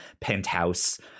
penthouse